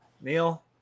Neil